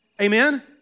Amen